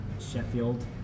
Sheffield